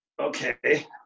okay